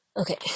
okay